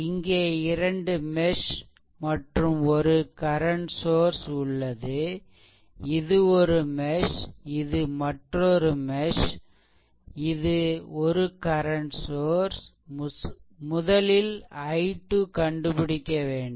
இங்கே இரண்டு மெஷ்கள் மற்றும் ஒரு கரண்ட் சோர்ஸ் உள்ளது இது ஒரு மெஷ் இது மற்றொரு மெஷ் இது ஒரு கரண்ட் சோர்ஸ் முதலில் I2 கண்டுபிடிக்க வேண்டும்